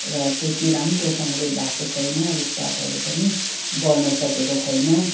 र त्यति राम्रोसँगले भएको छैन रूखपातहरू पनि बढ्न सकेको छैन